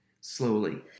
slowly